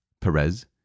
Perez